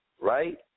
right